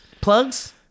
plugs